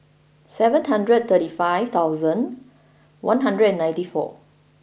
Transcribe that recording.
seven hundred thirty five thousand one hundred and ninety four